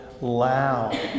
loud